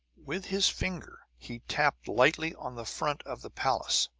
with his finger he tapped lightly on the front of the palace.